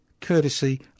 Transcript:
courtesy